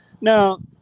Now